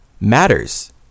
matters